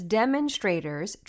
demonstrators